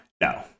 no